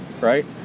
right